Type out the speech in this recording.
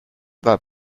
that